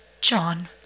John